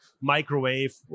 microwave